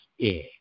air